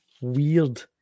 weird